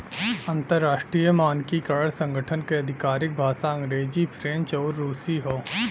अंतर्राष्ट्रीय मानकीकरण संगठन क आधिकारिक भाषा अंग्रेजी फ्रेंच आउर रुसी हौ